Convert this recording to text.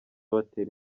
batera